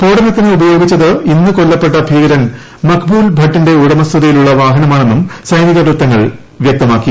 സ്ഫോടനത്തിന് ഉപയോഗിച്ചത് ഇന്ന് കൊല്ലപ്പെട്ട ഭീകരൻ മഖ്ബൂൽ ഭട്ടിന്റെ ഉടമസ്ഥതയിലുളള വാഹനമാണെന്നും സൈനിക വൃത്തങ്ങൾ വ്യക്തമാക്കി